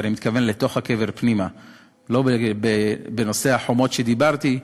ואני מתכוון לתוך הקבר פנימה ולא בנושא החומות שדיברתי עליהן,